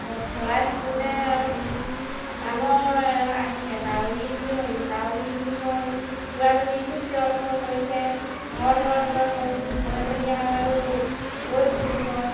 চৰাই থাকোতে ডাঙৰ এটা আহিলে কাউৰী বুলি ভাবিলোঁ কাউৰী বুলি কয় কুকুৰাজনী খুব চিঞৰ বাখৰ কৰিছে ধৰ ধৰ ধৰ কৈছোঁ কৈ মেলি আৰু গৈছোঁ ওচৰত